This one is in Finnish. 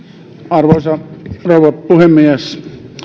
arvoisa rouva puhemies